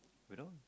you know